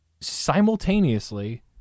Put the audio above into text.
simultaneously